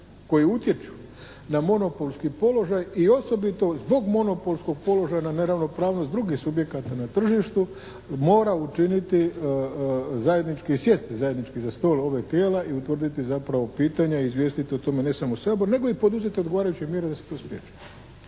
koji utječu na monopolski položaj i osobito zbog monopolskog položaja na neravnopravnost drugih subjekata na tržištu mora učiniti zajednički sjest, zajednički za stol ovih tijela i utvrditi zapravo pitanja i izvijestiti o tome ne samo Sabor, nego i poduzeti odgovarajuće mjere da se to spriječi.